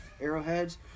arrowheads